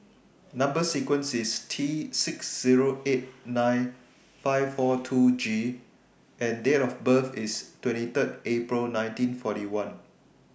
Number sequence IS T six Zero eight nine five four two G and Date of birth IS twenty three April nineteen forty one